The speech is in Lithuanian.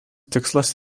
tikslas